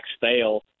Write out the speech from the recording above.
fail